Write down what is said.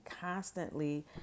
constantly